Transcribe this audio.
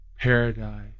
Paradise